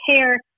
care